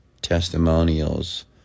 testimonials